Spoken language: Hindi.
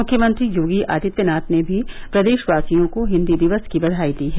मुख्यमंत्री योगी आदित्यनाथ ने भी प्रदेशवासियों को हिन्दी दिवस की बधाई दी है